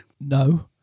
No